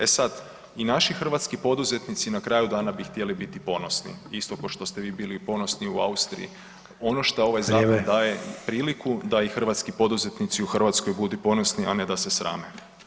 E sad i naši hrvatski poduzetnici na kraju dana bi htjeli biti ponosni isto ko što ste vi bili ponosni u Austriji [[Upadica: Vrijeme.]] ono šta ovaj zakon daje priliku da i hrvatski poduzetnici u Hrvatskoj budu ponosni, a ne da se srame.